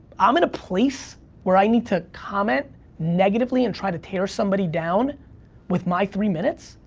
i'm in a place where i need to comment negatively and try to tear somebody down with my three minutes,